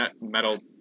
metal